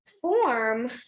form